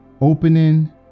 opening